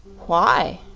why?